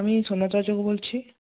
আমি থেকে বলছি